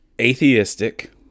atheistic